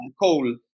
coal